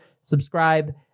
subscribe